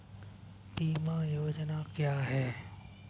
बीमा योजना क्या है?